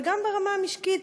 אבל גם ברמה המשקית,